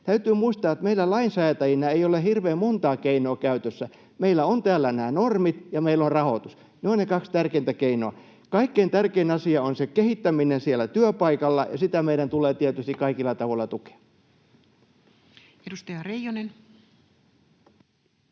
Täytyy muistaa, että meillä lainsäätäjinä ei ole hirveän montaa keinoa käytössä. Meillä on täällä nämä normit ja meillä on rahoitus. Ne ovat ne kaksi tärkeintä keinoa. Kaikkein tärkein asia on se kehittäminen siellä työpaikalla, ja sitä meidän tulee tietysti kaikilla tavoilla tukea. [Speech